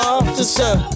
Officer